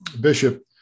bishop